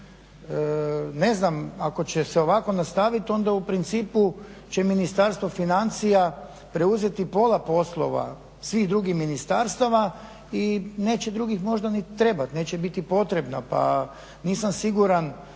Ne znam, ako će se ovako nastaviti onda u principu će Ministarstvo financija preuzeti pola poslova svih drugih ministarstava i neće drugih možda ni trebati, neće biti potrebni. Pa nisam siguran